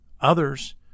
others